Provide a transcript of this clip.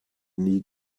nie